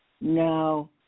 No